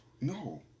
No